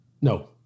No